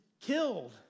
killed